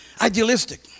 Idealistic